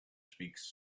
speaks